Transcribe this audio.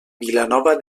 vilanova